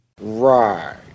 Right